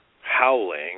howling